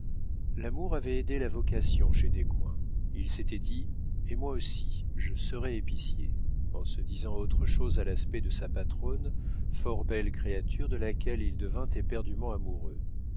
l'amour avait aidé la vocation chez descoings il s'était dit et moi aussi je serai épicier en se disant autre chose à l'aspect de sa patronne fort belle créature de laquelle il devint éperdument amoureux